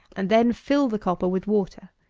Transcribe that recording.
and then fill the copper with water.